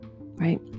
right